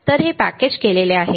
तर ते पॅकेज केलेले आहे